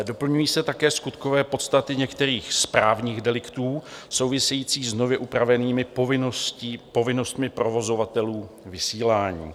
Doplňují se také skutkové podstaty některých správních deliktů souvisejících s nově upravenými povinnostmi provozovatelů vysílání.